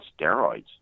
steroids